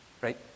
Right